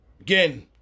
Again